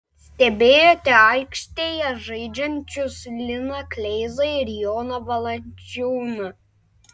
stebėjote aikštėje žaidžiančius liną kleizą ir joną valančiūną